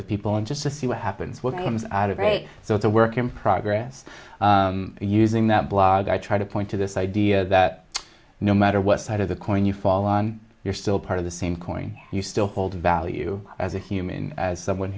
with people and just to see what happens what comes out of it so it's a work in progress and using that blog i try to point to this idea that no matter what side of the coin you fall on you're still part of the same coin you still hold value as a human as someone